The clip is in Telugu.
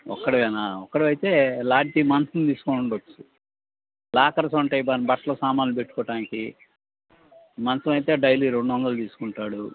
ఒక్కడివేనా ఒక్కడివే అయితే లాడ్జీ మంచం తీసుకోని ఉండొచ్చు లాకర్స్ ఉంటాయి మన బట్టలు సమాన్లు పెట్టుకోటానికి మంచం అయితే డైలీ రెండు వందలు తీసుకుంటాడు